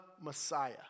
Messiah